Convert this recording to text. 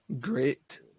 great